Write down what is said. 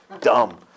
Dumb